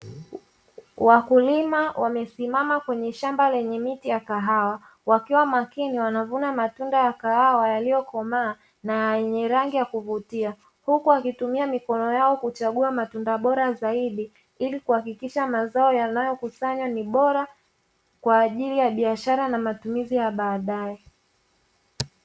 Wakulima wamesimama kwenye miti ya kahawa wakiwa makini wanavuna matunda ya kahawa yaliyokomaa na yenye rangi ya kuvutia, huku wakitumia mikono yao kuchagua matunda bora zaidi ili kuhakikisha mazao yanayokusanywa ni bora kwa ajili ya biashara na matumizi ya baadaye.